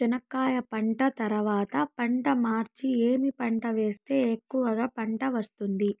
చెనక్కాయ పంట తర్వాత పంట మార్చి ఏమి పంట వేస్తే ఎక్కువగా పంట వస్తుంది?